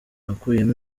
nakuyemo